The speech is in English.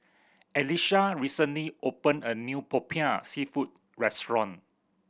Elisha recently opened a new Popiah Seafood restaurant